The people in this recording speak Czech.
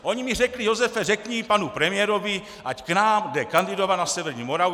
Oni mi řekli: Josefe, řekni panu premiérovi, ať k nám jde kandidovat na severní Moravu.